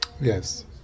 Yes